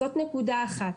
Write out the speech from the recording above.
זאת נקודה אחת.